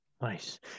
Nice